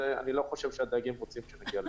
ואני לא חושב שהדייגים רוצים שנגיע לשם.